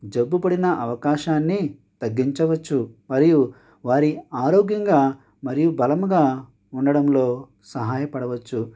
జబ్బు పడిన అవకాశాన్ని తగ్గించవచ్చు మరియు వారి ఆరోగ్యంగా మరియు బలంగా ఉండటంలో సహాయపడవచ్చు